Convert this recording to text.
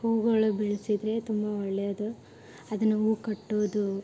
ಹೂವುಗಳು ಬೆಳೆಸಿದ್ರೆ ತುಂಬ ಒಳ್ಳೆಯದು ಅದನ್ನು ಹೂವು ಕಟ್ಟೋದು